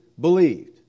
believed